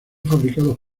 fabricados